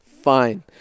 fine